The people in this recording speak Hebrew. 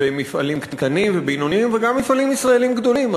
מפעלים קטנים ובינוניים וגם מפעלים ישראליים גדולים.